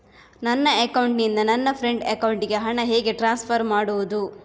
ನನ್ನ ಅಕೌಂಟಿನಿಂದ ನನ್ನ ಫ್ರೆಂಡ್ ಅಕೌಂಟಿಗೆ ಹಣ ಹೇಗೆ ಟ್ರಾನ್ಸ್ಫರ್ ಮಾಡುವುದು?